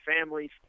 families